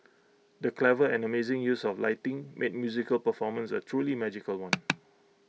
the clever and amazing use of lighting made musical performance A truly magical one